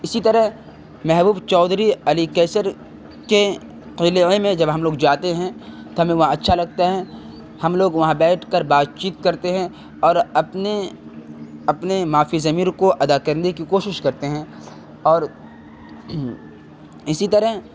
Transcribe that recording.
اسی طرح محبوب چودھری علی کیصر کے قلعے میں جب ہم لوگ جاتے ہیں تو ہمیں وہاں اچھا لگتا ہے ہم لوگ وہاں بیٹھ کر بات چیت کرتے ہیں اور اپنے اپنے معافی الضمیر کو ادا کرنے کی کوشش کرتے ہیں اور اسی طرح